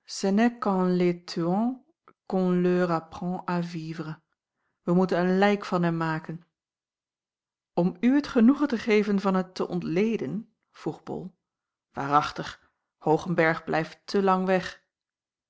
leur apprend à vivre wij moeten een lijk van hem maken om u het genoegen te geven van het te ontleden vroeg bol waarachtig hoogenberg blijft te lang weg